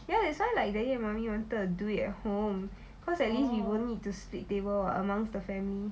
ya that's why like mummy and daddy wanted to do it at home then at least we won't need to split the table what amongst the family